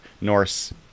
Norse